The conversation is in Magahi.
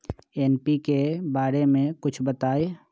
एन.पी.के बारे म कुछ बताई?